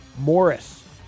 Morris